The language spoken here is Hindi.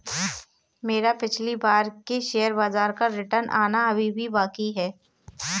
मेरा पिछली बार के शेयर बाजार का रिटर्न आना अभी भी बाकी है